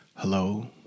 Hello